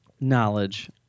knowledge